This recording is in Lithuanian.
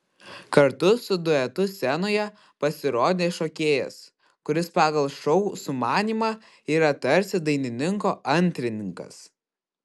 kartu su duetu scenoje pasirodė šokėjas kuris pagal šou sumanymą yra tarsi dainininko antrininkas